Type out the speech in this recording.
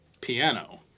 piano